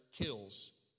kills